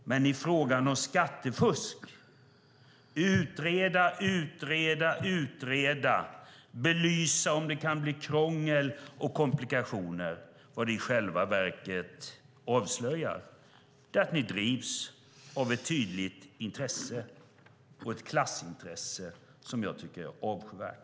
Men i fråga om skattefusk: utreda, utreda, utreda, belysa om det kan bli krångel och komplikationer. Vad det i själva verket avslöjar är att ni drivs av ett tydligt intresse, ett klassintresse som jag tycker är avskyvärt.